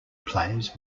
plays